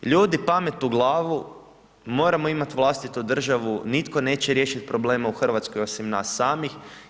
Ljudi pamet u glavu, moramo imati vlastitu državu, nitko neće riješiti probleme u Hrvatskoj osim nas samih.